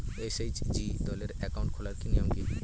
SHG দলের account খোলার নিয়ম কী?